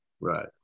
Right